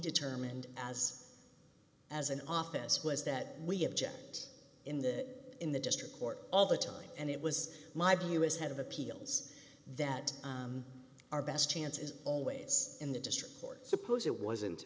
determined as as an office was that we have gent in the in the district court all the time and it was my view as head of appeals that our best chance is always in the district court suppose it wasn't